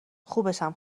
خوبشم